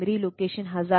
तो उन्हें जोड़ा जाना है